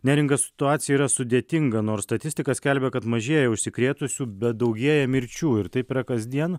neringa situacija yra sudėtinga nors statistika skelbia kad mažėja užsikrėtusių bet daugėja mirčių ir taip yra kasdien